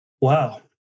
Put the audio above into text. Wow